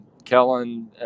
kellen